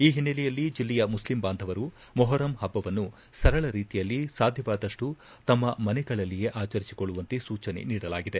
ಈ ಹಿನ್ನೆಲೆಯಲ್ಲಿ ಜಿಲ್ಲೆಯ ಮುಸ್ಲಿಂ ಬಾಂಧವರು ಮೊಹರಂ ಹಬ್ಬವನ್ನು ಸರಳ ರೀತಿಯಲ್ಲಿ ಸಾಧ್ಯವಾದಷ್ಟು ತಮ್ಮ ಮನೆಗಳಲ್ಲಿಯೇ ಆಚರಿಸಿಕೊಳ್ಳುವಂತೆ ಸೂಚನೆ ನೀಡಲಾಗಿದೆ